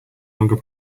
longer